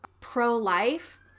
pro-life